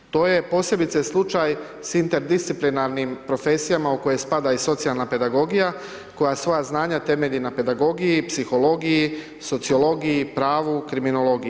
To je posebice slučaj s interdisciplinarnim profesijama u koje spada socijalna pedagogija koja svoja znanja temelji na pedagogiji, psihologiji, sociologiji, pravu, kriminologiji.